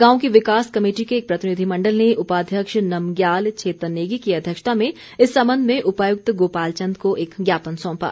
गांव की विकास कमेटी के एक प्रतिनिधिमण्डल ने उपाध्यक्ष नमज्ञाल छेतन नेगी की अध्यक्षता में इस सम्बन्ध में उपायुक्त गोपाल चन्द को एक ज्ञापन सौंपा